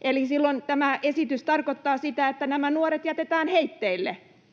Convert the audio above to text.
eli silloin tämä esitys tarkoittaa sitä, että nämä nuoret jätetään heitteille.